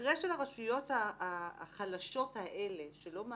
במקרה של סייעות זה לפי